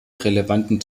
relevanten